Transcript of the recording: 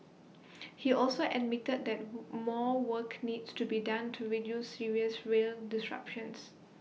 he also admitted that more work needs to be done to reduce serious rail disruptions